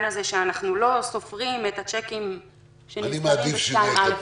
הזה שאנחנו לא סופרים את הצ'קים שנספרים ב-2(א1)?